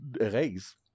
raise